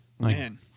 Man